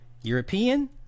european